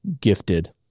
gifted